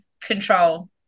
control